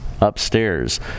upstairs